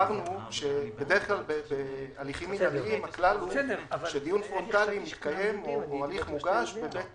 בדרך כלל בהליכים מינהליים הכלל הוא שדיון פרונטלי או הליך מוגש בבית